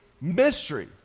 mystery